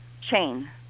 chain